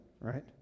right